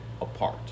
apart